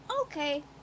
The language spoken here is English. Okay